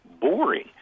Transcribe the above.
boring